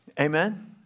Amen